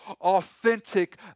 authentic